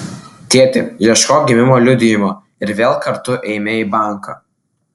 tėti ieškok gimimo liudijimo ir vėl kartu eime į banką